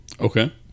okay